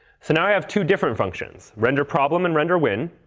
so now i have two different functions renderproblem and renderwin.